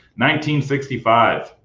1965